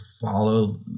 follow